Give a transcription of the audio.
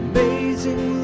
Amazing